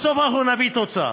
בסוף אנחנו נביא תוצאה